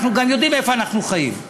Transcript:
אנחנו יודעים איפה אנחנו חיים.